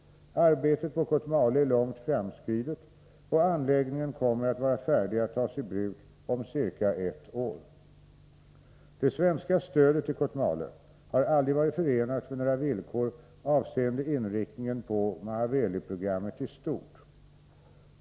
Arbetet på Kotmale är långt framskridet, och anläggningen kommer att vara färdig att tas i bruk om ca ett år. Det svenska stödet till Kotmale har aldrig varit förenat med några villkor avseende inriktningen på Mahaweli-programmet i stort.